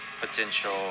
potential